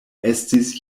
estis